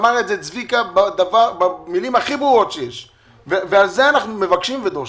אמר את זה צביקה במילים הכי ברורות שיש ואת זה אנחנו מבקשים ודורשים.